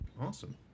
Awesome